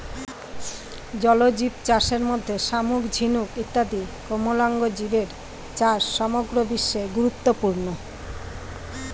জলজীবচাষের মধ্যে শামুক, ঝিনুক ইত্যাদি কোমলাঙ্গ জীবের চাষ সমগ্র বিশ্বে গুরুত্বপূর্ণ